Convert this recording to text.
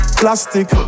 plastic